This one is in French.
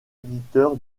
éditeur